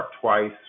twice